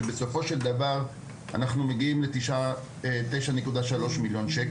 שבסופו של דבר אנחנו מגיעים לסכום של כ-9.3 מיליון ₪